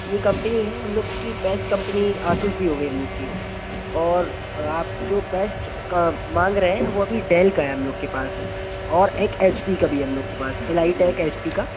यह कंपनी है हम लोग क्योंकि बेस्ट कंपनी आसुस भी हो गई हम लोग की और आप जो बेस्ट का माँग रहे हैं वह अभी डेल का है हम लोग के पास और एक एच पी का भी है हम लोग के पास L I tech H P का